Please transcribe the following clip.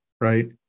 right